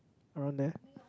around there